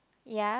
ya